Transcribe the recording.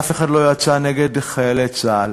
אף אחד לא יצא נגד חיילי צה"ל,